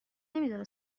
نمیداره